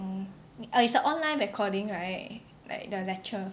oh uh it's a online recording right like the lecture